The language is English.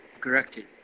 corrected